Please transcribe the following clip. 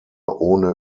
ohne